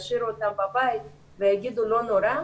ישאירו אותם בבית ויגידו לא נורא,